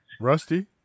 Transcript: Rusty